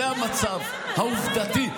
זה המצב העובדתי.